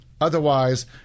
otherwise